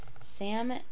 Sam